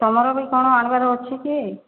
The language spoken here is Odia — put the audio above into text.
ତୁମର ବି କ'ଣ ଆଣିବାର୍ ଅଛି କି